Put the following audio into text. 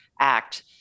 act